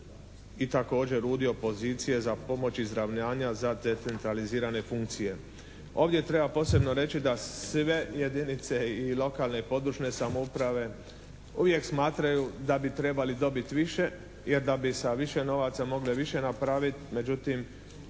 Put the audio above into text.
i također udio pozicije za pomoć izravnanja za decentralizirane funkcije. Ovdje treba posebno reći da sve jedinice i lokalne i područne samouprave uvijek smatraju da bi trebali dobiti više jer da bi sa više novaca mogle više napraviti međutim